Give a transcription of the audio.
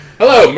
hello